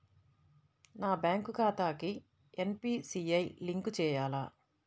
నా బ్యాంక్ ఖాతాకి NPCI link చేయాలా?